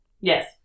Yes